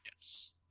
Yes